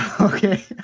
Okay